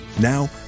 Now